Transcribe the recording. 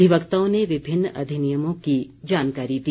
अधिवक्ताओं ने विभिन्न अधिनियमों की जानकारी दी